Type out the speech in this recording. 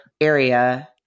area